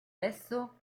esso